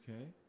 Okay